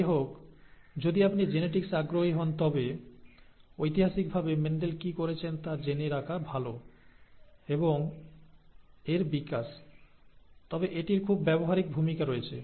যাই হোক যদি আপনি জিনেটিক্সে আগ্রহী হন তবে ঐতিহাসিকভাবে মেন্ডেল কি করেছেন তা জেনে রাখা ভালো এবং এর বিকাশ তবে এটির খুব ব্যবহারিক ভূমিকা রয়েছে